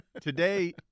Today